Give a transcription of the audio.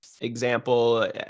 example